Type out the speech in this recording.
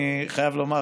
אני חייב לומר,